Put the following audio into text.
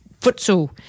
Futsal